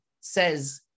says